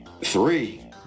Three